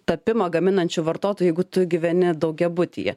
tapimą gaminančiu vartotoju jeigu tu gyveni daugiabutyje